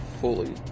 fully